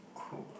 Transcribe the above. cool